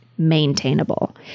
Maintainable